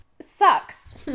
sucks